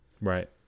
right